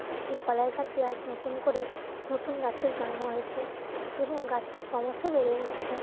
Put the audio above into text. সেই কলাই গাছই আজ নতুন করে নতুন গাছের জন্ম হয়েছে এবং গাছটা ক্রমশ বেড়ে উঠছে